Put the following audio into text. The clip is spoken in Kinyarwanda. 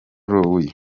louis